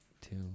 Two